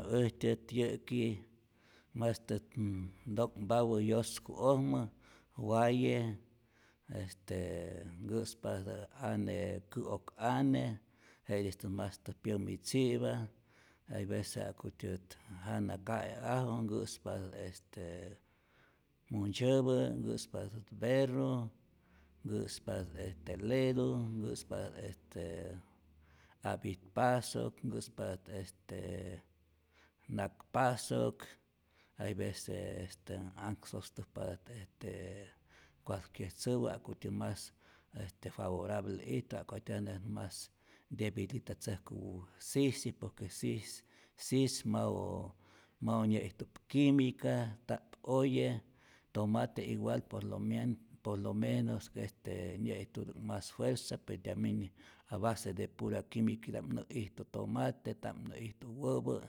Äjtyät yä'ki mastät nto'nhpapä n yosku'ojmä waye, este nkä'spatä ane kä'ok ane, jetistä mastä pyämitzi'pa hay vece jakutyät jana ka'e'aju nkäspatä't este muntzyäpä, nkä'spatät berru, nkäspatä't este ledu, nkäspatä't este apit pasok, nkäspatä't este nakpasok, hay veces este aksostäjpatät cualquier tzäpä ja'kutyä mas este favorable ijtu, jakutyät jana mas debilitatzäjku sisji, por que sis sis mau mau nyä'ijtu'p quimica, nta'p oye, tomate igual por lo men por lo menos este nyä'ijtutäk mas juerza, pe tambien a base de pura quimiquita'p nä ijtu tomate nta'p nä ijtu wäpä,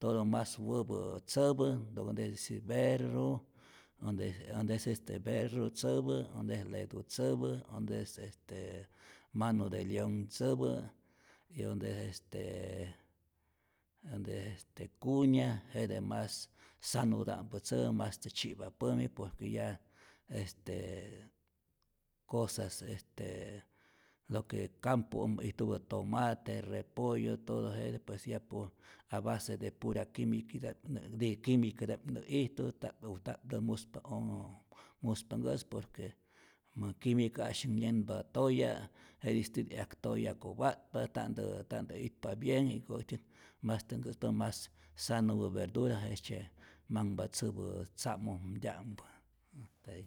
todo mas wäpä tzäpä, donde es si berru, onde es este berru tzäpä, donde es ledu tzäpä, onde es este manu de leon tzäpä' y onde es este onde es este cuña, jete mas sanuta'mpä tzäpä, mas tzyipa pämi por que ya este cosas estee lo que campo'ojmä ijtupä tomate, repollo, todo jete pues ya por a base de pura quimiquita'p de quimiquita'p nä ijtu, ntap ntaptä muspa oou muspa nkäsä por que ma quimicasy nyenpa toya', jetistit 'yak toya kopa'tpa, ta'ntä ta'ntä itpa bien, jiko' äjtyät mastä nkä'spa mas sano sanopä verdura, jejtzye manhpa tzäpä tza'momtya'mpä. hasta ahi.